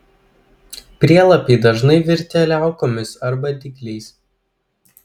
prielapiai dažnai virtę liaukomis arba dygliais